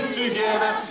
together